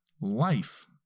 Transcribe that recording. life